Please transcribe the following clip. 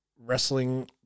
wrestling